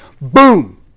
boom